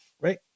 right